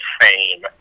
Fame